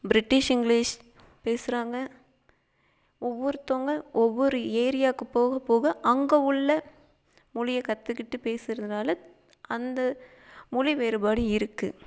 British English பேசுகிறாங்க ஒவ்வொருத்தவங்க ஒவ்வொரு ஏரியாவுக்கு போக போக அங்கே உள்ள மொழியே கத்துக்கிட்டு பேசுகிறதுனால அந்த மொழி வேறுபாடு இருக்குது